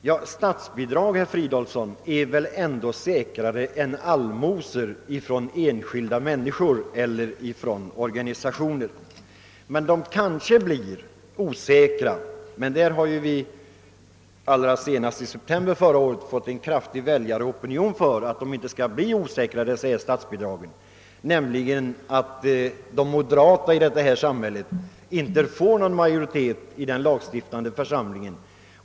Men statsbidragen är väl ändå säkrare än allmosor från enskilda människor eller organisationer, herr Fridolfsson. Senast i september förra året fick vi en kraftig väljaropinion för att statsbidragen skall bli säkrare. Denna säkerhet ligger i att de moderata inte fick majoritet i den lagstiftande församlingen.